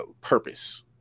purpose